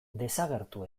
desagertu